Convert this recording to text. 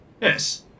Yes